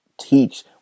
teach